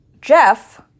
Jeff